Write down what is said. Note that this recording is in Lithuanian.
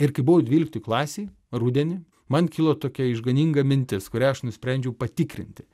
ir kai buvau dvyliktoj klasėj rudenį man kilo tokia išganinga mintis kurią aš nusprendžiau patikrinti